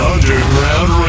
Underground